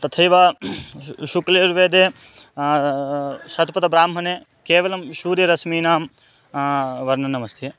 तथैव शुक्लयजुर्वेदे शत्पतब्राह्मणे केवलं सूर्यरश्मीनां वर्णनमस्ति